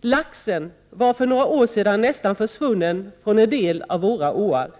Laxen var för några år sedan nästan försvunnen från en del av våra åar.